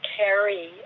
carry